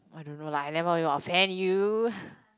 I don't know lah I never even offend you